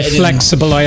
flexible